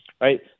Right